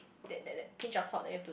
that that that pinch of salt that you have to